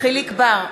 יחיאל חיליק בר,